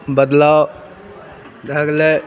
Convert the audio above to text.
बदलाव भऽ गेलै